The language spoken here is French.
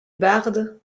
bardes